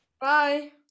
Bye